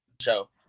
show